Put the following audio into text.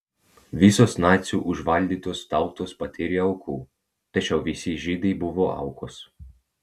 visos nacių užvaldytos tautos patyrė aukų tačiau visi žydai buvo aukos